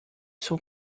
sont